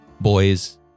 boys